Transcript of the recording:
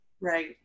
right